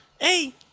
Hey